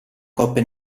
coppe